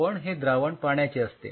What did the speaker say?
पण हे द्रावण पाण्याचे असते